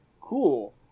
Cool